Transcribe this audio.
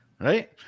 Right